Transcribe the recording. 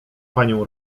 panią